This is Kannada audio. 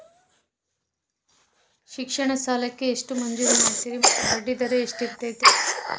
ಶಿಕ್ಷಣ ಸಾಲಕ್ಕೆ ಎಷ್ಟು ಮಂಜೂರು ಮಾಡ್ತೇರಿ ಮತ್ತು ಬಡ್ಡಿದರ ಎಷ್ಟಿರ್ತೈತೆ?